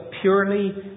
purely